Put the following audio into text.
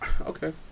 Okay